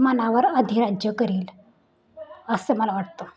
मनावर अधिराज्य करेल असं मला वाटतं